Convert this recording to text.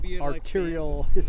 arterial